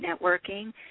networking